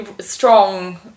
strong